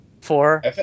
Four